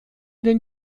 den